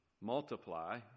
multiply